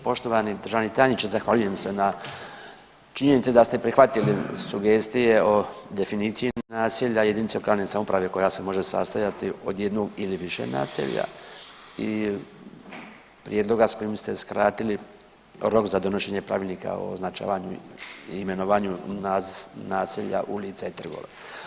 Poštovani državni tajniče zahvaljujem se na činjenica da ste prihvatili sugestije o definiciji naselja i jedinici lokalne samouprave koja se može sastojati od jednog ili više naselja i prijedloga s kojim ste skratili rok za donošenje Pravilnika o označavanju i imenovanju naselja, ulica i trgova.